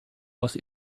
was